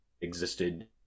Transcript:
existed